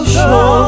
show